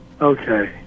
Okay